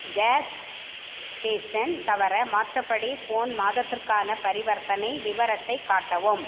case station தவிர மற்றபடி phone மாதத்திற்கான பரிவர்த்தனை விவரத்தை காட்டவும்